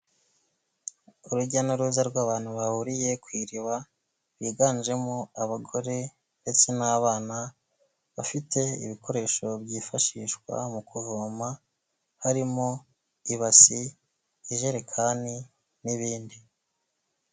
Urujya n'uruza rw'abantu bahuriye ku iriba, biganjemo abagore ndetse n'abana, bafite ibikoresho byifashishwa mu kuvoma harimo ibase, ijerekani n'ibindi.